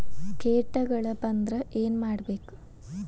ಕೇಟಗಳ ಬಂದ್ರ ಏನ್ ಮಾಡ್ಬೇಕ್?